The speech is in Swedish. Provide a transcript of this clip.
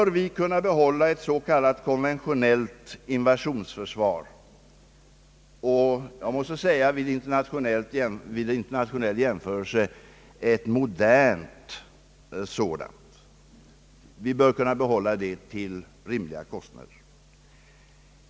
Om vi även i framtiden anser oss kunna avstå från de mest dyrbara vapensystemen, bör vi kunna behålla ett konventionellt invasionsförsvar, som vid internationell jämförelse måste betraktas som ett mycket modernt och slagkraftigt sådant, till rimliga kostnader.